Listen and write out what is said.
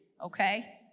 Okay